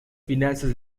finanzas